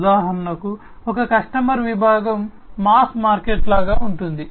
ఉదాహరణకు ఒక కస్టమర్ విభాగం మాస్ మార్కెట్ లాగా ఉంటుంది